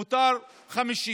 מותר ל-50?